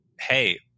hey